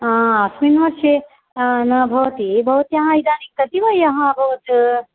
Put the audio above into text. आ अस्मिन् वर्षे न भवति भवत्याः इदानीं कति वयः अभवत्